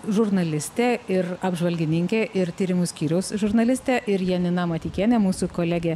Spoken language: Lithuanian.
žurnalistė ir apžvalgininkė ir tyrimų skyriaus žurnalistė ir janina mateikienė mūsų kolegė